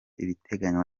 ibiteganywa